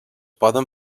poden